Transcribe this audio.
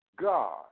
God